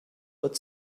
but